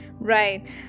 Right